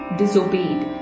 disobeyed